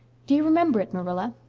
do you remember it, marilla?